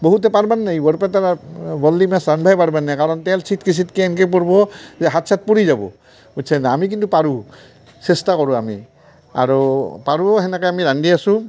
বহুতে পাৰবাৰ নাই বৰপেটাৰ বৰ্লি মাছ ৰান্ধবাই পাৰবাৰ নাই কাৰণ তেল চিটকে চিটকে এনকে পৰব' যে হাত চাত পুৰি যাব বুচ্ছেনে আমি কিন্তু পাৰোঁ চেষ্টা কৰোঁ আমি আৰু পাৰোও হেনকেই আমি ৰান্ধি আছোঁ